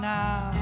now